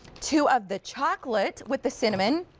two of the chocolate with the cinnamon,